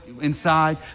inside